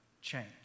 change